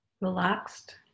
relaxed